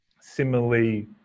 similarly